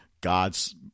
God's